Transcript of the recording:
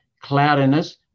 cloudiness